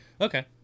Okay